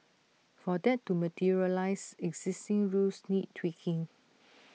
for that to materialise existing rules need tweaking